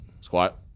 Squat